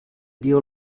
dio